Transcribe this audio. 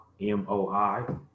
M-O-I